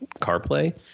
CarPlay